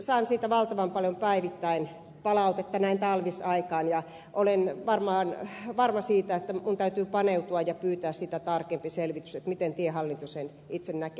saan siitä valtavan paljon päivittäin palautetta näin talvisaikaan ja olen varma siitä että minun täytyy paneutua ja pyytää siitä tarkempi selvitys miten tiehallinto sen itse näkee